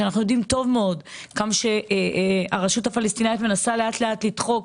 שאנחנו יודעים טוב מאוד עד כמה הרשות הפלסטינאית מנסה לאט-לאט לדחוק